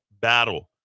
battle